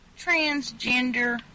transgender